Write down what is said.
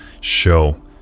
show